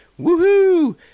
Woohoo